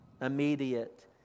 immediate